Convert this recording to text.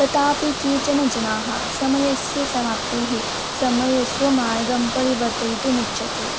तथापि केचन जनाः समयस्य समाप्तिः समयस्वमार्गं परिवर्तयितुमिच्छन्ति